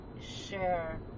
share